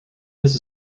his